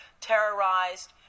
terrorized